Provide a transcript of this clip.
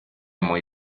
muy